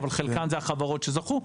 שזכו,